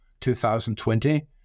2020